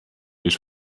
już